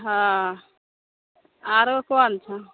हँ आरो कोन छौ